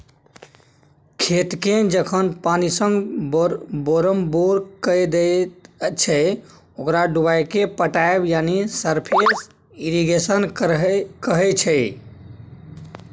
खेतकेँ जखन पानिसँ बोरमबोर कए दैत छै ओकरा डुबाएकेँ पटाएब यानी सरफेस इरिगेशन कहय छै